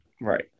Right